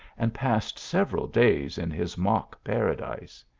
and passed several days in his mock paradise.